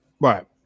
Right